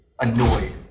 annoyed